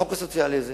החוק הסוציאלי הזה.